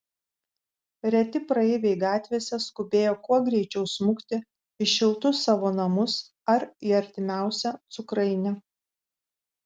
reti praeiviai gatvėse skubėjo kuo greičiau smukti į šiltus savo namus ar į artimiausią cukrainę